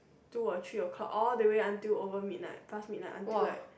two or three o-clock all the way until over midnight pass midnight until like